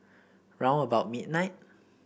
round about midnight